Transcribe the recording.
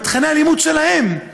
בתוכני הלימוד שלהם,